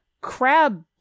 crab